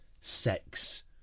sex